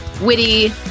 witty